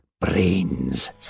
brains